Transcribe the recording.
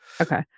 Okay